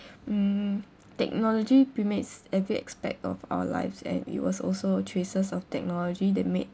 mm technology permeates every aspect of our lives and it was also traces of technology that made